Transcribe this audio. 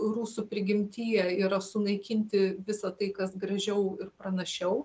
rusų prigimtyje yra sunaikinti visa tai kas gražiau ir pranašiau